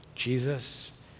Jesus